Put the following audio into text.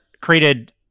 created